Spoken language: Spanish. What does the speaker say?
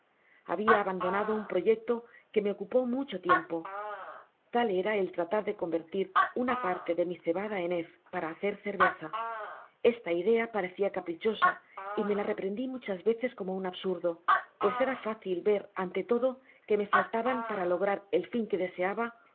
habia abandonado un proyecto que me ocupó mucho tiempo tal era el tratar de convertir una parte de mi cebada en hez para hacer cerveza esta idea parecia caprichosa y me la reprendi muchas veces como un absurdo pues era fácil ver ante todo que me faltaban para lograr el fin que deseaba